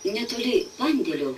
netoli pandėlio